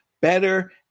better